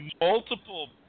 multiple